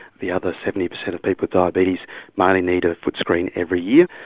the other seventy percent of people with diabetes may only need a foot screen every year.